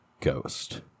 Ghost